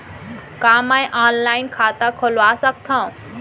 का मैं ऑनलाइन खाता खोलवा सकथव?